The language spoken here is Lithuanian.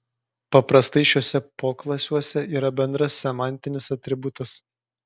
paprastai šiuose poklasiuose yra bendras semantinis atributas